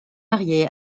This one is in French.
mariée